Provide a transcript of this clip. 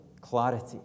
clarity